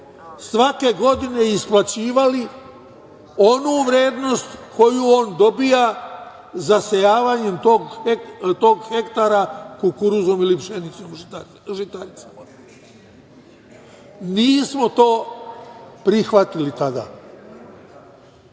svake godine isplaćivali onu vrednost koju on dobija zasejavanjem tog hektara kukuruzom, pšenicom, žitaricama. Nismo to prihvatili tada. Šta